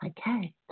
okay